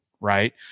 right